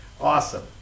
Awesome